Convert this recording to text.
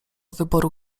wyboru